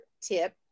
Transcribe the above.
tip